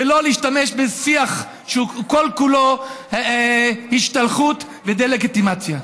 ולא להשתמש בשיח שהוא כל-כולו השתלחות ודה-לגיטימציה.